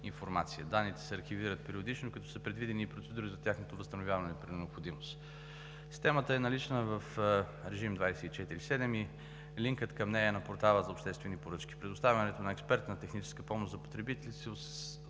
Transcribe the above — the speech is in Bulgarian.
Данните се архивират периодично като са предвидени и процедури за тяхното възстановяване при необходимост. Системата е налична в режим 24/7 и линкът към нея е на портала за обществени поръчки. Предоставянето на експертна техническа помощ за потребителите се